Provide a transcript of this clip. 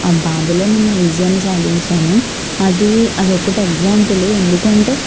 ఆ బాధలో నేనా విజయాన్ని సాధించాను అది అది ఒక్కటి ఎగ్జామ్పులు ఎందుకంటే